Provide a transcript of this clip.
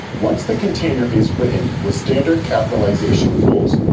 once the container is written with standard capitalization rules,